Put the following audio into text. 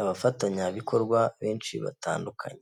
abafatanyabikorwa benshi batandukanye.